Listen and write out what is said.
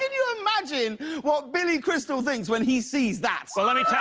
you imagine what billy crystal thinks when he sees that? so